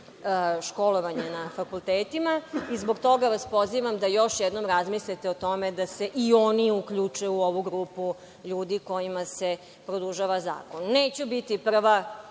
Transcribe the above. školovanje na fakultetima. Zbog toga vas pozivam da još jednom razmislite o tome da se i oni uključe u ovu grupu ljudi kojima se produžava zakon. Neću biti prva